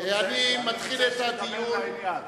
אני רוצה שידבר לעניין.